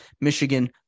Michigan